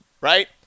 right